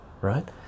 right